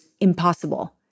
impossible